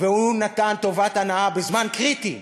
הוא נתן טובת הנאה בזמן קריטי.